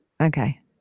Okay